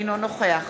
אינו נוכח